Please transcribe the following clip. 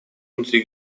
внутри